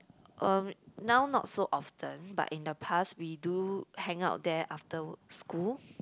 um now not so often but in the past we do hang out there after school